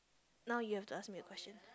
now you have to ask me a question